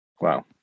Wow